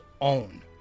own